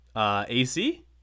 AC